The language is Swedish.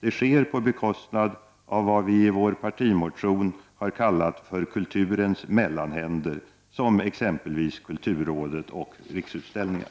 Det sker på bekostnad av vad vi i vår partimotion har kallat för kulturens mellanhänder, som exempelvis kulturrådet och Riksutställningar.